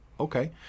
Okay